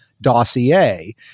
dossier